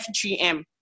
FGM